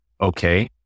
okay